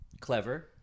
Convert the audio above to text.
clever